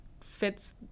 fits